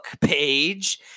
page